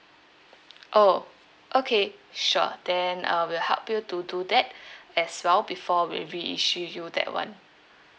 oh okay sure then uh we'll help you to do that as well before we reissue you that [one]